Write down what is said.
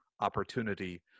opportunity